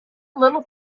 little